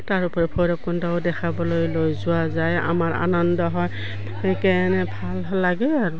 তাৰোপৰি ভৈৰকুণ্ডও দেখাবলৈ লৈ যোৱা যায় আমাৰ আনন্দ হয়েনে ভাল লাগে আৰু